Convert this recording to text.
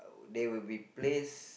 they will be placed